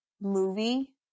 movie